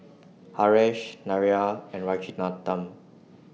Haresh Narayana and Rajaratnam